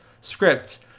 script